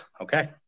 Okay